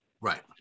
Right